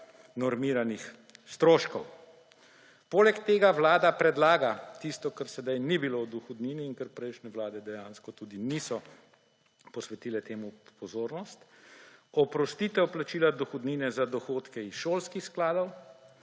normiranih stroškov. Poleg tega Vlada predlaga tisto, kar sedaj ni bilo v dohodnini in kar prejšnje vlade dejansko tudi niso posvetile temu pozornost, oprostitev plačila dohodnine za dohodke iz šolskih skladov,